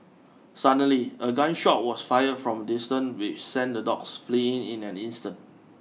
suddenly a gun shot was fired from a distance which sent the dogs fleeing in an instant